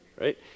Right